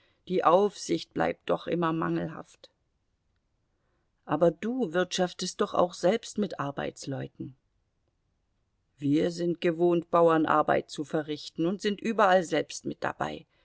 die aufsicht bleibt doch immer mangelhaft aber du wirtschaftest doch auch selbst mit arbeitsleuten wir sind gewohnt bauernarbeit zu verrichten und sind überall selbst mit dabei